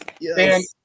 Yes